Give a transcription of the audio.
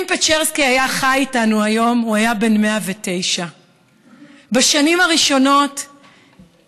אם פצ'רסקי היה חי איתנו היום הוא היה בן 109. בשנים הראשונות פצ'רסקי,